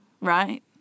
Right